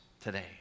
today